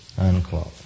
Unquote